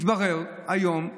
מתברר היום,